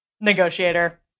Negotiator